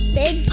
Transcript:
big